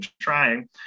trying